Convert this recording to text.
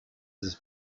his